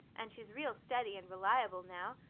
and she's real steady and reliable now.